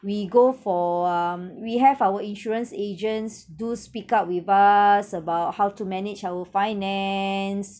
we go for um we have our insurance agents do speak up with us about how to manage our finance